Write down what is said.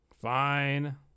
Fine